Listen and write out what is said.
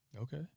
Okay